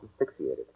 asphyxiated